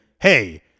hey